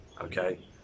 okay